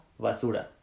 Basura